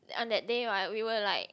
on that day right we were like